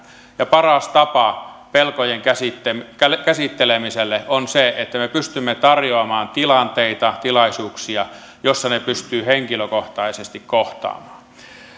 ja paras tapa pelkojen käsittelemiseen on se että me pystymme tarjoamaan tilanteita tilaisuuksia joissa ne pystyy henkilökohtaisesti kohtaamaan